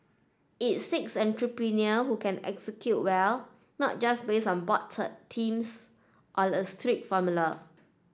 it seeks entrepreneur who can execute well not just based on broad themes or a strict formula